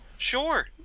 Sure